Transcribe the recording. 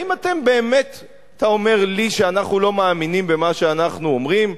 אתה אומר לי שאנחנו לא מאמינים במה שאנחנו אומרים,